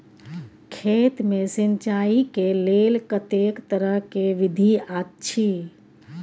खेत मे सिंचाई के लेल कतेक तरह के विधी अछि?